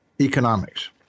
economics